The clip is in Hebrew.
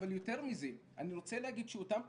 אבל יותר מזה אני רוצה להגיד שאותם תלמידים,